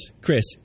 Chris